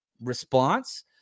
response